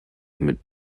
mit